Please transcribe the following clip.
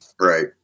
right